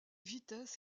vitesses